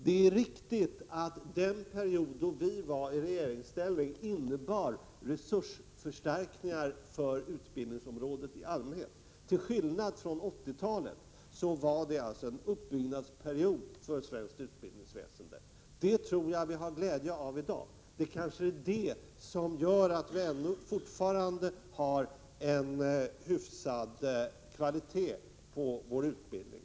Det är riktigt att den period då vi var i regeringsställning innebar resursförstärkningar för utbildningsområdet i allmänhet. Till skillnad från 80-talet var det således ett uppbyggnadsskede för svenskt utbildningsväsende. Jag tror att vi kan ha glädje av detta i dag, eftersom det kanske är anledningen till att vi fortfarande har en hyfsad kvalitet på vår utbildning.